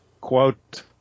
quote